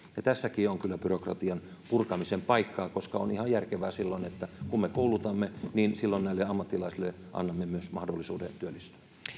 tässäkin on kyllä byrokratian purkamisen paikkaa koska on ihan järkevää että silloin kun me koulutamme niin silloin näille ammattilaisille annamme myös mahdollisuuden työllistyä